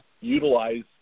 utilize